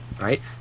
right